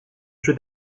jeu